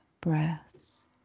breaths